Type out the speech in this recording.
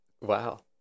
Wow